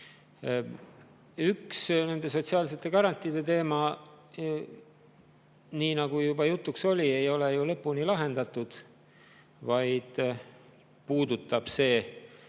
Üks teema, sotsiaalsete garantiide teema, nii nagu juba jutuks oli, ei ole ju lõpuni lahendatud, vaid [muudatus]